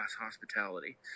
hospitality